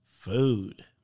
food